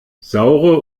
saure